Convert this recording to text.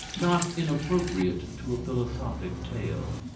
not inappropriate to a philosophic tale.